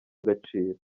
agaciro